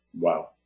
Wow